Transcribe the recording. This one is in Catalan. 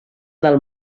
del